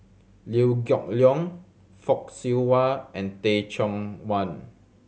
Liew Geok Leong Fock Siew Wah and Teh Chong Wan